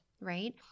right